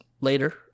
later